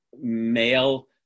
male